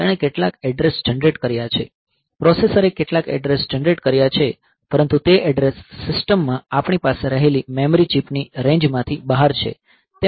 તેણે કેટલાક address generate કર્યા છે પ્રોસેસરે કેટલાક એડ્રેસ જનરેટ કર્યા છે પરંતુ તે એડ્રેસ સિસ્ટમ માં આપણી પાસે રહેલી મેમરી ચિપની રેંજ માંથી બહાર છે